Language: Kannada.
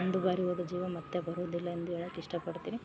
ಮುಂದೆ ಬರಿಹೋದ ಜೀವ ಮತ್ತು ಬರುವುದಿಲ್ಲ ಎಂದು ಹೇಳಕ್ ಇಷ್ಟ ಪಡ್ತೀನಿ